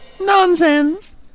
Nonsense